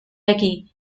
aquí